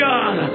God